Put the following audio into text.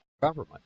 government